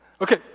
Okay